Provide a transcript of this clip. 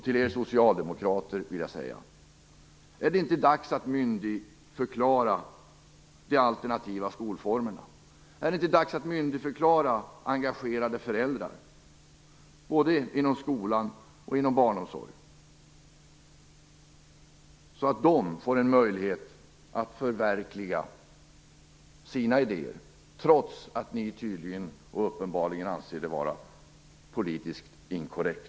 Till Socialdemokraterna vill jag säga: Är det inte dags att myndigförklara de alternativa skolformerna? Är det inte dags att myndigförklara engagerade föräldrar både inom skola och barnomsorg så att de får en möjlighet att förverkliga sina idéer trots att ni tydligen anser det vara politiskt inkorrekt?